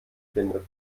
findet